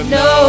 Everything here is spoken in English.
no